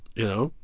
know?